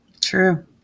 True